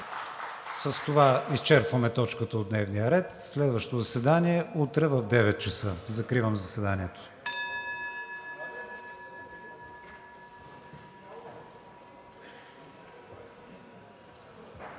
С това изчерпваме точката от дневния ред. Следващото заседание – утре в 9,00 часа. Закривам заседанието.